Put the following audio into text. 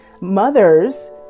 Mothers